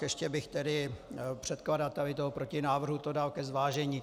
Ještě bych to předkladateli toho protinávrhu dal ke zvážení.